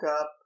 up